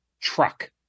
truck